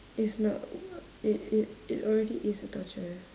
is not it it it already is a torture